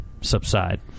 subside